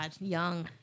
young